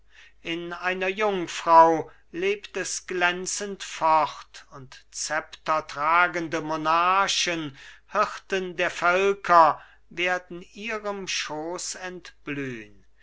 in einer jungfrau lebt es glänzend fort und zeptertragende monarchen hirten der völker werden ihrem schoß entblühn